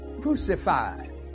crucified